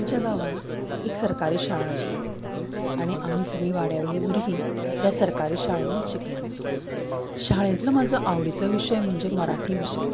आमच्या गांवांत एक सरकारी शाळा आशिल्ली आनी आमी सगलीं वाड्या वयलीं भुरगीं त्या सरकारी शाळेनूच शिकल्यां शाळेंतलो म्हजो आवडीचो विशय म्हणजे मराठी विशय